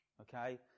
okay